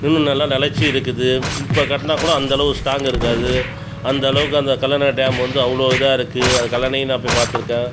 இன்னும் நல்லா நிலச்சி இருக்குது இப்போ கட்டினா கூட அந்தளவு ஸ்ட்ராங்கு இருக்காது அந்தளவுக்கு அந்தக் கல்லணை டேமு வந்து அவ்வளோ இதாக இருக்கு அது கல்லணையும் நான் போய் பார்த்துருக்கேன்